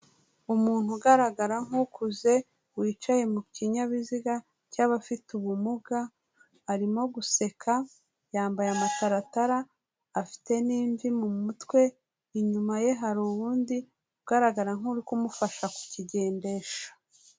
Umuntu ugaragara nk'ukuze wicaye mu kinyabiziga cy'abafite ubumuga, arimo guseka, yambaye amataratara, afite n'imvi mu mutwe, inyuma ye hari uwundi ugaragara nk'uri kumufasha kukigendesha.